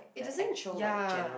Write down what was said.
it doesn't ya